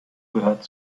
gehört